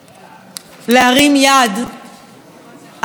להרים יד על בג"ץ,